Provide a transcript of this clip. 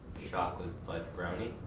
chocolate fudge brownie.